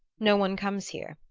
no one comes here,